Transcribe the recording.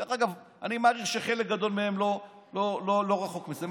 דרך אגב, אני מעריך שחלק גדול מהם לא רחוק מזה.